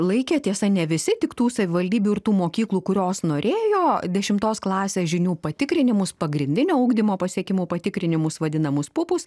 laikė tiesa ne visi tik tų savivaldybių ir tų mokyklų kurios norėjo dešimtos klasės žinių patikrinimus pagrindinio ugdymo pasiekimų patikrinimus vadinamus pupus